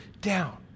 down